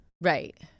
Right